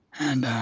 and